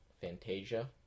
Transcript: Fantasia